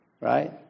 Right